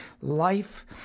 life